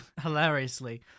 hilariously